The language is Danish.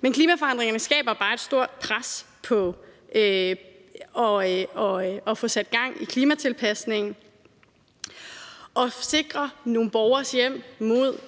Men klimaforandringerne skaber bare et stort pres på at få sat gang i klimatilpasningen og sikre nogle borgeres hjem mod